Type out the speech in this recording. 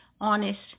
honest